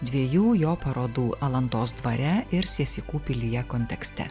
dviejų jo parodų alantos dvare ir siesikų pilyje kontekste